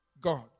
God